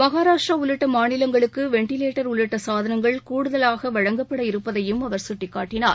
மகாராஷ்ட்ராஉள்ளிட்டமாநிலங்களுக்குவென்டிலேட்டர் உள்ளிட்டசாதனங்கள் கூடுதலாகவழங்கப்பட இருப்பதையும் அவர் சுட்டிக்காட்டினார்